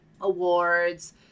awards